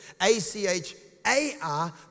A-C-H-A-R